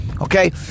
Okay